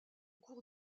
cours